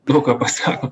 daug ką pasako